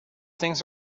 things